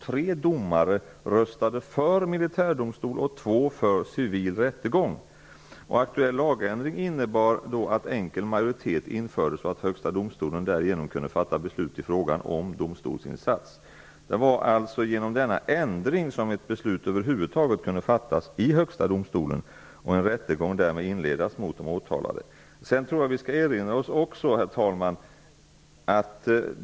Tre domare röstade för militärdomstol och två röstade för civil rättegång. Aktuell lagändring innebar att enkel majoritet infördes, så att Högsta domstolen kunde fatta beslut i frågan om domstolsinsats. Det var alltså genom denna lagändring som ett beslut i Högsta domstolen över huvud taget kunde fattas och en rättegång mot de åtalade kunde inledas. Herr talman!